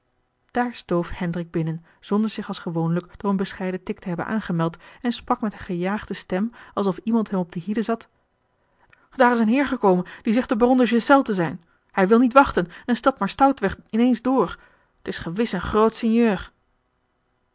daar stoof hendrik binnen zonder zich als gewoonlijk door een bescheiden tik te hebben aangemeld en sprak met eene gejaagde stem alsof iemand hem op de hielen zat daar is een heer gekomen die zegt de baron de ghiselles te zijn hij wil niet wachten en stapt maar stoutweg in ééns door t is gewis een groot sinjeur